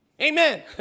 Amen